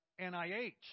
NIH